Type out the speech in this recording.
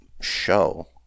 show